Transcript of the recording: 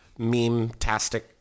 meme-tastic